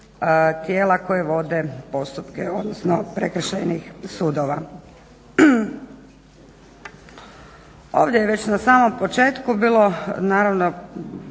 tijela koja vode postupke, odnosno prekršajnih sudova. Ovdje je već na samom početku bilo naravno